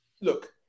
look